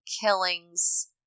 killings